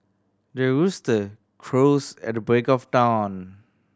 the rooster crows at the break of dawn